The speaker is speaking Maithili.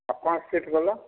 आ पाँच फिट बला